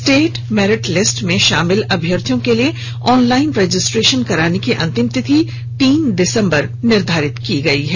state merit list में शामिल अभ्यर्थियों के लिए ऑनलाइन रजिस्ट्रेशन कराने की अंतिम तिथि तीन दिसंबर निर्धारित है